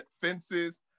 fences